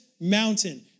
mountain